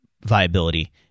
viability